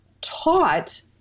taught